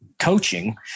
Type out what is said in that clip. coaching